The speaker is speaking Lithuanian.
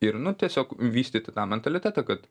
ir nu tiesiog vystyti tą mentalitetą kad